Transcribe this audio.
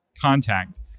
contact